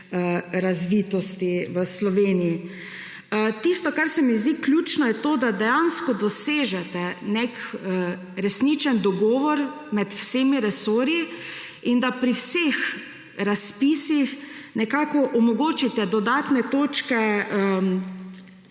razvitosti v Sloveniji. Tisto, kar se mi zdi ključno, je to, da dejansko dosežete nek resnični dogovor med vsemi resorji in da pri vseh razpisih omogočite dodatne točke